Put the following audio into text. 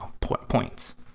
points